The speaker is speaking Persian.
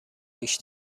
ریش